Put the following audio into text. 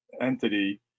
entity